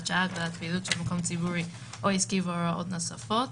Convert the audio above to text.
שעה) (הגבלת פעילות של מקום ציבורי או עסקי והוראות נוספות),